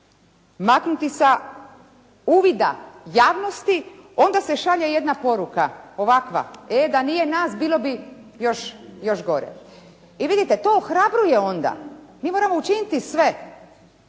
maknuti sa uvida javnosti onda se šalje jedna poruka ovakva, e da nije nas bilo bi još gore. I vidite to ohrabruje onda. Mi moramo učiniti sve,